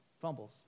fumbles